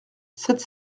sept